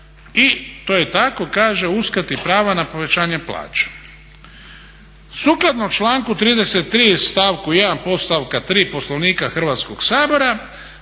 i to je tako a kaže o uskrati prava na povećanje plaća. Sukladno članku 33. stavku 1. podstavka 3. Poslovnika Hrvatskog sabora